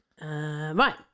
right